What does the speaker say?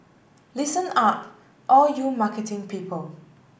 listen up all you marketing people